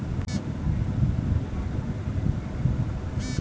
greenhouse হাওয়া বাতাস controlled পরিবেশ ঘর যাতে চাষ করাঢু হতিছে